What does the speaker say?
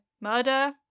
murder